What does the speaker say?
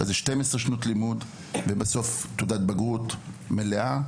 אחרי זה 12 שנות לימוד ובסוף תעודת בגרות מלאה.